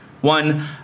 one